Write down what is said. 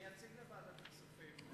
אני אציג בוועדת הכספים,